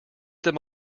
them